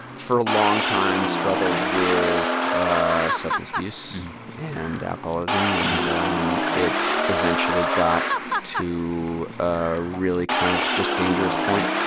for a long time, struggled with ah substance abuse and alcoholism. and um it eventually got to a really kind of just dangerous point.